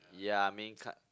ya I mean kind